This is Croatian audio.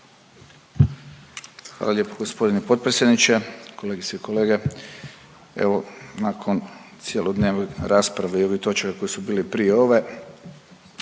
Hvala lijepo g. potpredsjedniče, kolegice i kolege. Evo nakon cjelodnevne rasprave i ovih točaka koji su bili prije ove,